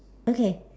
okay